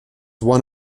one